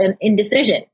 indecision